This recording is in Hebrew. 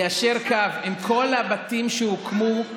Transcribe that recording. ליישר קו עם כל הבתים שהוקמו,